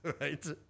right